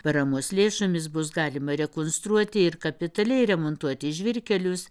paramos lėšomis bus galima rekonstruoti ir kapitale ir remontuoti žvyrkelius